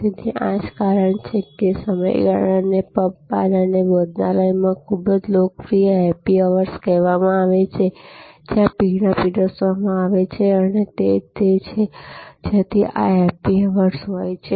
તેથી આ જ કારણ છે કે આ સમયગાળાને પબ બાર અને ભોજનાલયમાં ખૂબ જ લોકપ્રિય હેપ્પી અવર્સ કહેવામાં આવે છે જ્યાં પીણાં પીરસવામાં આવે છેતે તે છે જ્યાંથી આ હેપી અવર્સ હોય છે